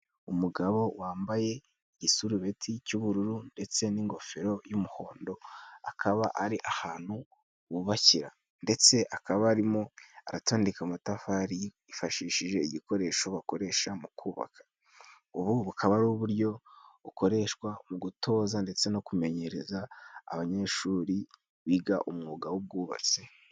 Umugabo wambaye igisurubeti cy'ubururu ndetse n'ingofero y'umuhondo. Akaba ari ahantu bubakira, ndetse akaba arimo aratodeka amatafari yifashishije igikoresho bakoresha mu kubaka, akaba ari uburyo bukoreshwa mu gutoza ndetse no kumenyereza abanyeshuri biga umwuga w'ubwubatsi.